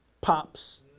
pops